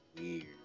weird